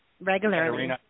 regularly